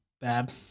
bad